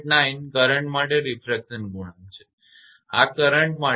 8889 current માટે refraction ગુણાંક છે આ કરંટ માટે છે